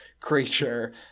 creature